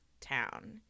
town